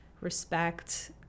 respect